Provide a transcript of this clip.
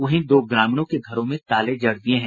वहीं दो ग्रामीणों के घरों में ताले जड़ दिये हैं